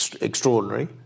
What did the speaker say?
extraordinary